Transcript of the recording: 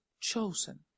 chosen